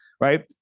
Right